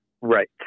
Right